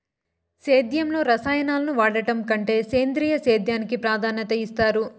సేద్యంలో రసాయనాలను వాడడం కంటే సేంద్రియ సేద్యానికి ప్రాధాన్యత ఇస్తారు